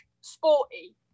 sporty